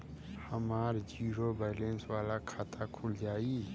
हमार zero balance वाला खाता खुल जाई?